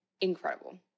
incredible